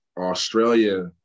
Australia